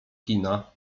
kina